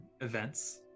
events